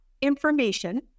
information